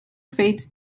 fades